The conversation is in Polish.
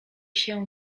się